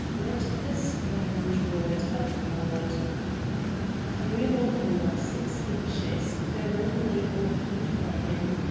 let the spring draw it upward. through an opening of six inches the room lay open before him.